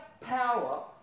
power